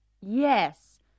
Yes